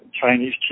Chinese